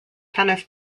tennis